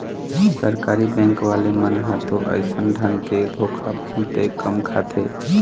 सरकारी बेंक वाले मन ह तो अइसन ढंग के धोखा बहुते कम खाथे